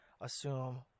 assume